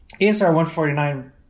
ASR149